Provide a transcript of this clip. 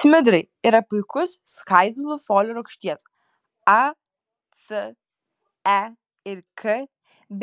smidrai yra puikus skaidulų folio rūgšties a c e ir k